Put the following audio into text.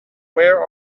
where